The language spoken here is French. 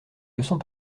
leçons